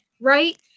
right